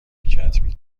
کتبی